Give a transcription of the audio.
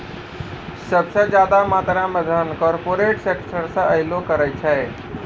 सभ से ज्यादा मात्रा मे धन कार्पोरेटे सेक्टरो से अयलो करे छै